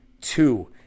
two